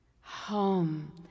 Home